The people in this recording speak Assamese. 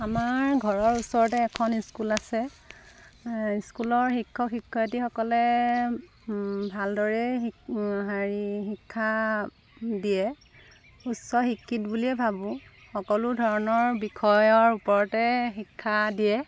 আমাৰ ঘৰৰ ওচৰতে এখন স্কুল আছে স্কুলৰ শিক্ষক শিক্ষয়ত্ৰীসকলে ভালদৰে হেৰি শিক্ষা দিয়ে উচ্চ শিক্ষিত বুলিয়েই ভাবোঁ সকলো ধৰণৰ বিষয়ৰ ওপৰতে শিক্ষা দিয়ে